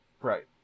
Right